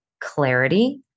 clarity